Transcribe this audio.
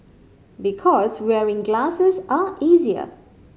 because wearing glasses are easier